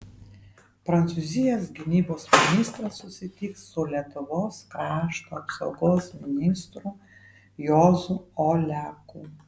prancūzijos gynybos ministras susitiks su lietuvos krašto apsaugos ministru juozu oleku